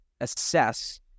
assess